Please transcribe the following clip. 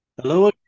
Hello